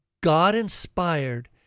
God-inspired